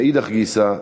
מאידך גיסא,